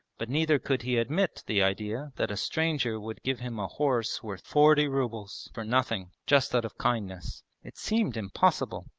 but neither could he admit the idea that a stranger would give him a horse worth forty rubles for nothing, just out of kindness it seemed impossible.